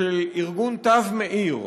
של ארגון "תו מאיר",